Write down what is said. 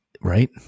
right